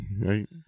Right